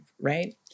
right